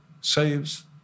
saves